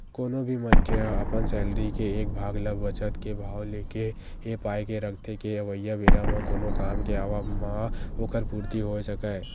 कोनो भी मनखे ह अपन सैलरी के एक भाग ल बचत के भाव लेके ए पाय के रखथे के अवइया बेरा म कोनो काम के आवब म ओखर पूरति होय सकय